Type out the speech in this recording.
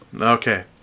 Okay